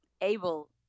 able